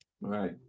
right